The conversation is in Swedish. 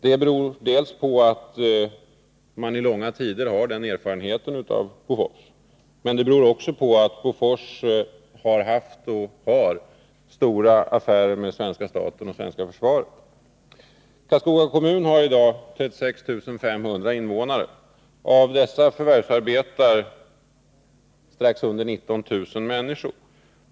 Det beror dels på att man i långa tider har den erfarenheten av Bofors, men det beror också på att Bofors har haft och har stora affärer med svenska staten och svenska försvaret. Karlskoga kommun har i dag 36 500 innevånare. Av dessa förvärvsarbetar strax under 19 000 människor.